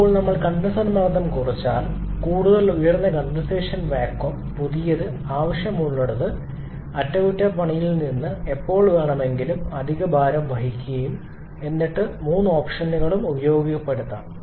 ഇപ്പോൾ നമ്മൾ കണ്ടൻസർ മർദ്ദം കുറച്ചാൽ കൂടുതൽ ഉയർന്ന കണ്ടൻസേഷൻ വാക്വം പുതിയത് ആവശ്യമുള്ളത് അറ്റകുറ്റപ്പണിയിൽ നിന്ന് എപ്പോൾ വേണമെങ്കിലും അധിക ഭാരം വഹിക്കും എന്നിട്ടും മൂന്ന് ഓപ്ഷനുകളും ഉപയോഗപ്പെടുത്താം